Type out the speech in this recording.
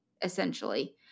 essentially